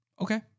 Okay